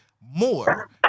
more